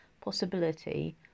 possibility